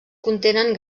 contenen